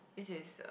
this is